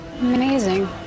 Amazing